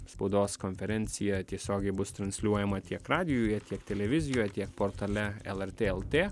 spaudos konferencija tiesiogiai bus transliuojama tiek radijuje tiek televizijoje tiek portale lrt lt